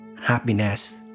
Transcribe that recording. happiness